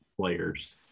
players